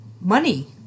money